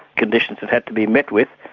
conditions that had to be met with,